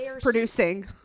producing